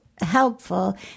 helpful